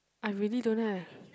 I really don't have